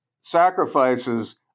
sacrifices